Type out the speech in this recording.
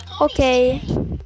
Okay